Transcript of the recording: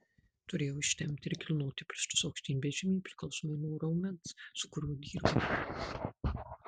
turėjau ištempti ir kilnoti pirštus aukštyn bei žemyn priklausomai nuo raumens su kuriuo dirbau